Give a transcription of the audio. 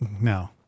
No